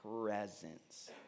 presence